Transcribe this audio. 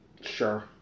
sure